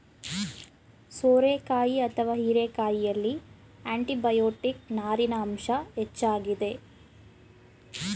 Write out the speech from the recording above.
ಸೋರೆಕಾಯಿ ಅಥವಾ ಹೀರೆಕಾಯಿಯಲ್ಲಿ ಆಂಟಿಬಯೋಟಿಕ್, ನಾರಿನ ಅಂಶ ಹೆಚ್ಚಾಗಿದೆ